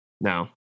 No